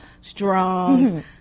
strong